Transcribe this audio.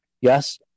Yes